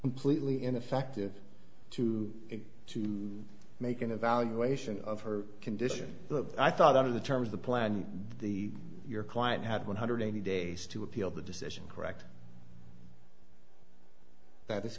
completely ineffective to to make an evaluation of her condition i thought out of the terms of the plan the your client had one hundred eighty days to appeal the decision correct that is